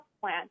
plan